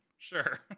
Sure